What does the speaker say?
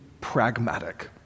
pragmatic